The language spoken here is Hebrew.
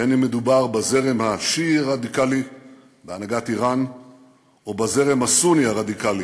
בין אם מדובר בזרם השיעי הרדיקלי בהנהגת איראן או בזרם הסוני הרדיקלי